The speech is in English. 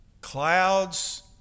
Clouds